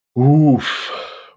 Oof